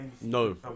No